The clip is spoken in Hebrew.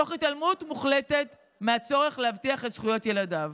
תוך התעלמות מוחלטת מהצורך להבטיח את זכויות ילדיו?